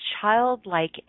childlike